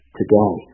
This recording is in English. today